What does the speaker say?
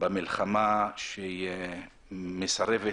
במלחמה שמסרבת